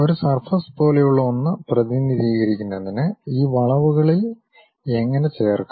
ഒരു സർഫസ് പോലെയുള്ള ഒന്ന് പ്രതിനിധീകരിക്കുന്നതിന് ഈ വളവുകളിൽ എങ്ങനെ ചേർക്കാം